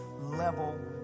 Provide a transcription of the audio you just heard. level